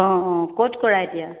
অঁ অঁ ক'ত কৰা এতিয়া